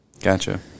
Gotcha